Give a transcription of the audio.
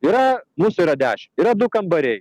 yra mūsų yra dešimt yra du kambariai